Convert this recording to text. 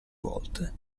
volte